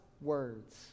words